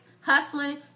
hustling